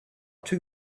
two